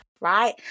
right